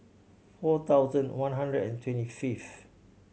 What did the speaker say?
four thousand one hundred and twenty fifth